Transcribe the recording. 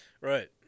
Right